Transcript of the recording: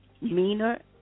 meaner